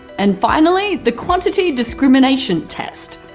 and finally, the quantity discrimination test.